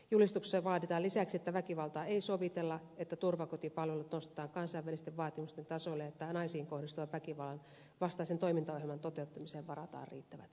julistuksessa vaaditaan lisäksi että väkivaltaa ei sovitella että turvakotipalvelut nostetaan kansainvälisten vaatimusten tasolle ja että naisiin kohdistuvan väkivallan vastaisen toimintaohjelman toteuttamiseen varataan riittävät resurssit